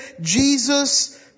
Jesus